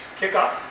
kickoff